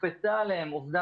אז יש פה בעיה בסיסית.